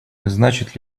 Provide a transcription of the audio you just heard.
значит